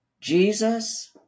Jesus